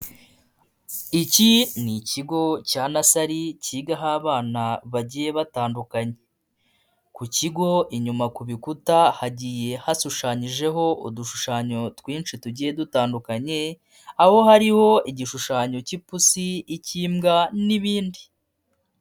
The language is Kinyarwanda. Iki ni ikigo cya nasari kigaho abana bagiye batandukanye, ku kigo inyuma ku bikuta hagiye hashushanyijeho udushushanyo twinshi tugiye dutandukanye, aho hariho igishushanyo k'ipusi, ik'imbwa n'ibindi.